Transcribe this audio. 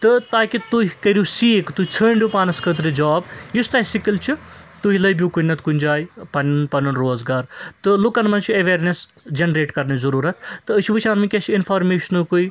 تہٕ تاکہِ تُہۍ کٔرِو سیٖک تُہۍ ژھٲنٛڈِو پانَس خٲطرٕ جاب یُس تۄہہِ سِکل چھُ تُہۍ لٔبِو کُنہ نَتہٕ کُنہ جایہِ پنُن پنُن روزگار تہٕ لوٗکَن مَنٛز چھِ ایٚویرنیٚس جنریٹ کَرنٕچ ضروٗرت تہٕ أسی چھِ وُچھان وُنٛکیٚس چھُ انفارمیشنُکُے